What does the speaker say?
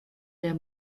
der